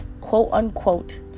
quote-unquote